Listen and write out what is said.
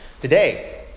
today